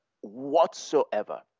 whatsoever